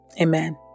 Amen